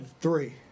three